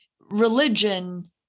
religion